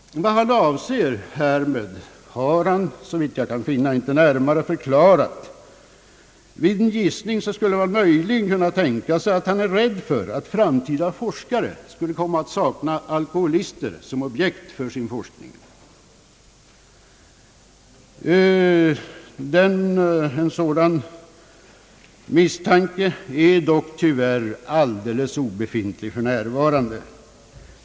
Vad man avser härmed har han, såvitt jag kan finna, inte närmare förklarat. Som en gissning skulle man möjligen kunna tänka sig att han är rädd för att framtida forskare skulle komma att sakna alkoholister som objekt för sin forskning. En sådan misstanke är dock tyvärr alldeles obefogad för närvarande.